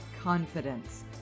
confidence